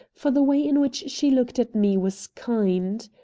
for the way in which she looked at me was kind.